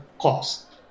cost